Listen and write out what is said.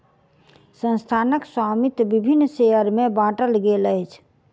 संस्थानक स्वामित्व विभिन्न शेयर में बाटल गेल अछि